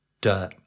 dirt